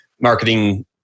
marketing